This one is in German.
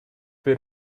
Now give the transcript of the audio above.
für